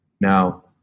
Now